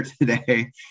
today